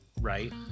right